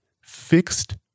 fixed